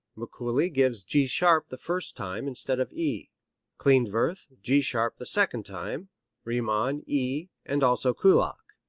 mikuli gives g sharp the first time instead of e klindworth, g sharp the second time riemann, e, and also kullak.